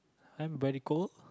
I'm very cold